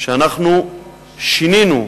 שאנחנו שינינו,